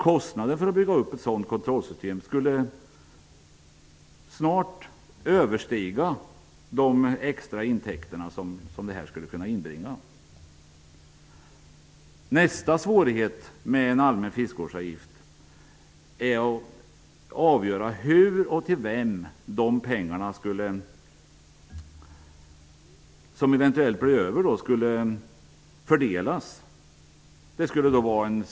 Kostnaderna för att bygga upp ett sådant system skulle snart överstiga de extra intäkter som avgiften skulle inbringa. Nästa svårighet med en allmän fiskevårdsavgift är att avgöra hur och till vem de pengar som eventuellt blir över skulle fördelas.